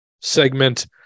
segment